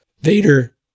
Vader